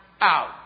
out